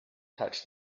touched